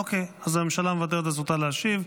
אוקיי, אז הממשלה מוותרת על זכותה להשיב.